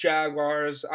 Jaguars